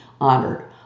honored